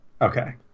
Okay